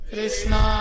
Krishna